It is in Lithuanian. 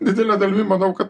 didele dalimi manau kad